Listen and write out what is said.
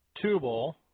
Tubal